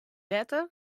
better